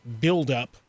buildup